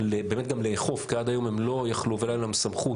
באמת גם לאכוף כי עד היום הם לא יכלו ולא הייתה להם סמכות,